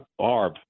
ARB